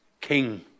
king